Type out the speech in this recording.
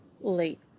late